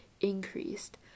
increased